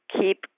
keep